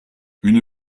une